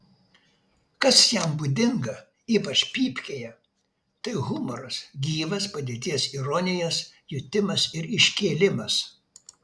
kas jam būdinga ypač pypkėje tai humoras gyvas padėties ironijos jutimas ir iškėlimas